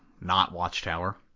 not-watchtower